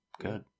good